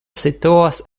situas